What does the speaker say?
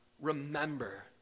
remember